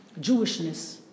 Jewishness